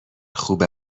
خوب